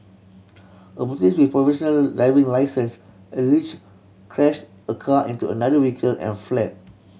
a motorist with a provisional driving licence allegedly crashed a car into another vehicle and fled